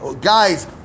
guy's